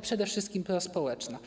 przede wszystkim prospołeczna.